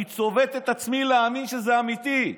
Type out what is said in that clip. אני צובט את עצמי להאמין שזה אמיתי.